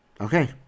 Okay